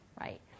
right